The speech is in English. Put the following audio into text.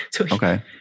Okay